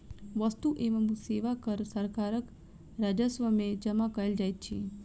वस्तु एवं सेवा कर सरकारक राजस्व में जमा कयल जाइत अछि